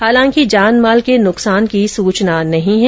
हालांकि जानमाल के नुकसान की सूचना नहीं है